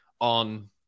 on